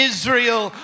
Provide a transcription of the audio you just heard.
Israel